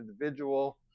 individual